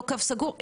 לא קו סגור,